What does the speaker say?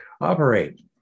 operate